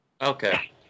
Okay